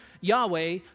Yahweh